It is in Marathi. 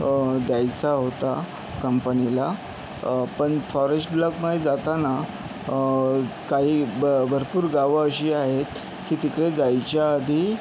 द्यायचा होता कंपनीला पण फॉरेस्ट ब्लॉकमध्ये जाताना काही भरपूर गावं अशी आहेत की तिकडे जायच्या आधी